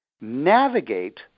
navigate